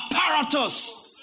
apparatus